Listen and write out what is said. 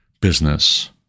business